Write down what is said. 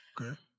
Okay